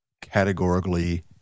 categorically